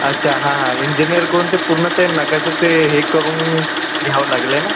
अच्छा हां हां इंजिनियर कोण ते पूर्ण ते नकाशा ते हे करून घ्यावं लागेल आहे ना